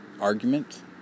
argument